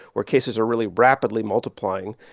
where cases are really rapidly multiplying.